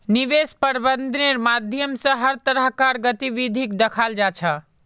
निवेश प्रबन्धनेर माध्यम स हर तरह कार गतिविधिक दखाल जा छ